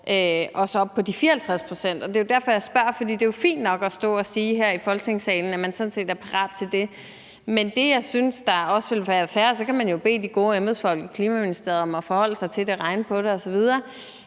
os op på de 54 pct., og det er jo derfor, jeg spørger. For det er jo fint nok at stå her i Folketingssalen og sige, at man sådan set er parat til det. Men det, jeg også synes ville være fair – og så kan man jo bede de gode embedsfolk i Klimaministeriet om at forholde sig til det og regne på det osv.;